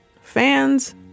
fans